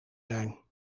zijn